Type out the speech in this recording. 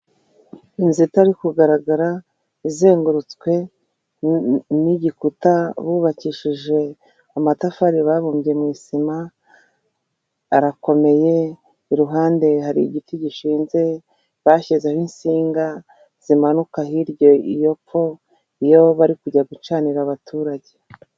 Inzu itari kugaragara izengurutswe n'igikuta bubakishije amatafari babumbye mu isima, arakomeye iruhande hari igiti gishinze bashyizeho insinga zimanuka hirya iyo epfo iyo bari kujya gucanira abaturage.